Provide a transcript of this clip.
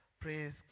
Praise